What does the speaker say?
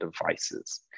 devices